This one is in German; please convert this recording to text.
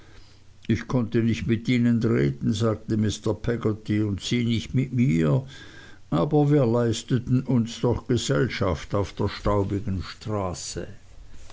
ich konnte nicht mit ihnen reden sagte mr peggotty und sie nicht mit mir aber wir leisteten uns doch gesellschaft auf der staubigen straße